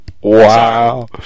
wow